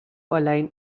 align